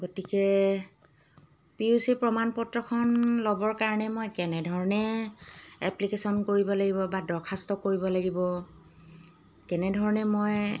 গতিকে P U C প্ৰমাণপত্ৰখন ল'বৰ কাৰণে মই কেনেধৰণে এপ্লিকেশ্যন কৰিব লাগিব বা দৰখাস্ত কৰিব লাগিব কেনেধৰণে মই